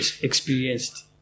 experienced